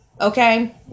okay